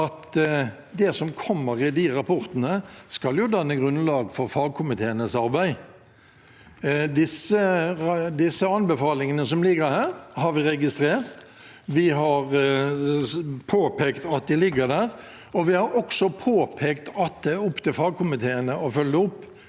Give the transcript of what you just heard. det som kommer i de rapportene, skal danne grunnlag for fagkomiteenes arbeid. De anbefalingene som ligger her, har vi registrert, vi har påpekt at de ligger der, og vi har også påpekt at det er opp til fagkomiteene å følge det